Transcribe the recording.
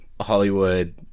Hollywood